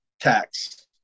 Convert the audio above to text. tax